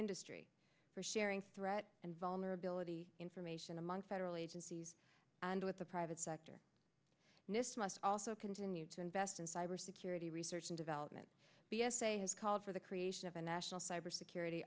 industry for sharing threat and vulnerability information among federal agencies and with the private sector nist must also continue to invest in cybersecurity research and development b s a has called for the creation of a national cybersecurity